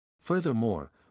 furthermore